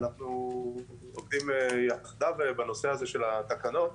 אנחנו עובדים יחדיו בנושא הזה של התקנות.